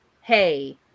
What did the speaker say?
hey